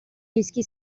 rischi